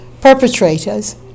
perpetrators